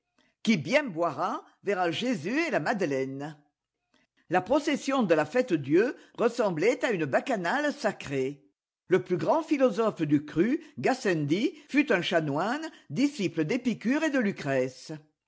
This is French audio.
qui bien boira verra jésus et la madeleine la procession de la fête-dieu ressemblait à une bacchanale sacrée le plus grand philosophe du crû gassendi fut un chanoine disciple d'epicure et de lucrèce